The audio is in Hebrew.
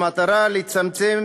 במטרה לצמצם